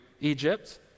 Egypt